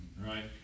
Right